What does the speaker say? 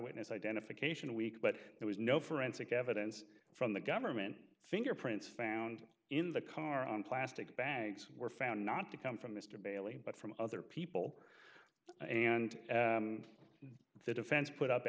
eyewitness identification weak but there was no forensic evidence from the government fingerprints found in the car on plastic bags were found not to come from mr bailey but from other people and the defense put up